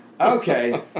Okay